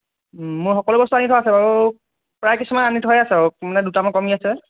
মই সকলো বস্তু আনি থোৱা আছে বাৰু প্ৰায় কিছুমান আনি থোৱাই আছে আৰু দুটামান কমি আছে